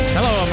Hello